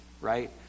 right